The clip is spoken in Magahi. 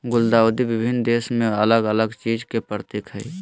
गुलदाउदी विभिन्न देश में अलग अलग चीज के प्रतीक हइ